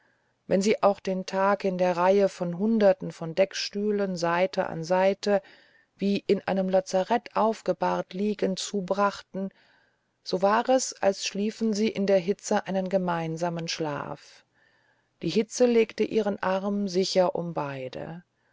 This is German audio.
wenn sie auch den tag in der reihe der hunderte von deckstühlen seite an seite wie in einem lazarett aufgebahrt liegend zubrachten so war es als schliefen sie in der hitze einen gemeinsamen schlaf die hitze legte ihren arm sicher um beide